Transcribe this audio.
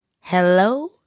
Hello